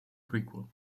prequel